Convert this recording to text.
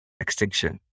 extinction